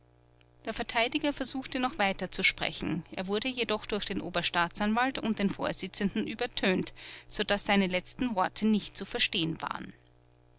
der verteidiger versuchte noch weiter zu sprechen er wurde jedoch durch den oberstaatsanwalt und den vorsitzenden übertönt so daß seine letzten worte nicht zu verstehen waren